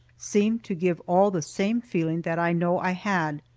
seemed to give all the same feeling that i know i had.